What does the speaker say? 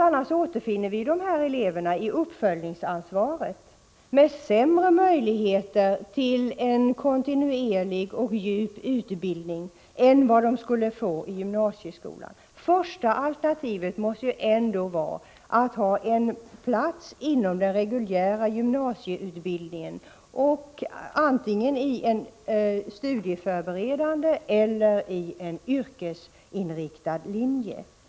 Annars återfinner vi de här eleverna i uppföljningsansvaret med sämre möjligheter till en kontinuerlig och djup utbildning än vad de skulle få i gymnasieskolan. Första alternativet måste ändå vara att ha en plats inom den reguljära gymnasieutbildningen, antingen i studieförberedande eller i en yrkesinriktad linje.